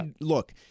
look